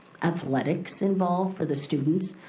athletics involved for the students.